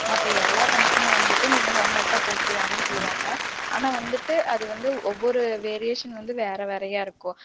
மற்ற எல்லா கணக்குமே வந்துட்டு நீங்கள் ஹோமொர்க்காக போட்டு வாங்கனு சொல்லுவாங்கள் ஆனால் வந்துட்டு அது வந்து ஒவ்வொரு வேரியேஷன் வந்து வேற வேறயாக இருக்கும்